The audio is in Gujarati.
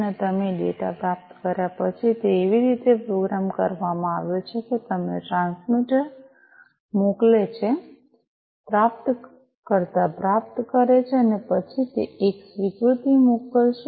અને તમે ડેટા પ્રાપ્ત કર્યા પછી તે એવી રીતે પ્રોગ્રામ કરવામાં આવ્યો છે કે તમને ટ્રાન્સમીટર મોકલે છે પ્રાપ્તકર્તા પ્રાપ્ત કરે છે અને પછી તે એક સ્વીકૃતિ મોકલશે